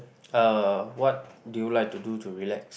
uh what do you like to do to relax